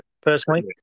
personally